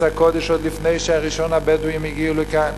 הקודש עוד לפני שראשון הבדואים הגיע לכאן.